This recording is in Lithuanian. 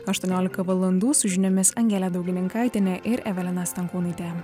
aštuoniolika valandų su žiniomis angelė daugininkaitienė ir evelina stankūnaitė